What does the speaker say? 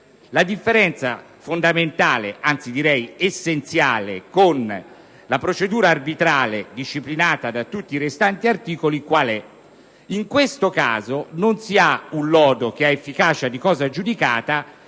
La differenza fondamentale, anzi direi essenziale, con la procedura arbitrale disciplinata da tutti i restanti articoli è che in questo caso non si ha un lodo che ha efficacia di cosa giudicata,